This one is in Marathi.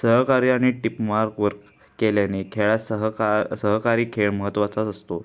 सहकार्याने आणि टिपमार्क वर्क केल्याने खेळात सहका सहकारी खेळ महत्त्वाचाच असतो